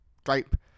Stripe